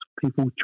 people